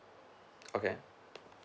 okay